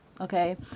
Okay